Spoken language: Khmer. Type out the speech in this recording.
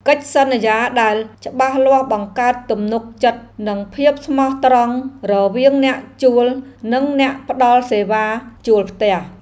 កិច្ចសន្យាដែលច្បាស់លាស់បង្កើតទំនុកចិត្តនិងភាពស្មោះត្រង់រវាងអ្នកជួលនិងអ្នកផ្តល់សេវាជួលផ្ទះ។